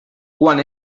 quan